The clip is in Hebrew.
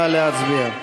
נא להצביע.